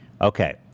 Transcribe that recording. okay